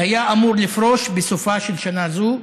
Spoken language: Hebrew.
שהיה אמור לפרוש בסופה של שנה זו,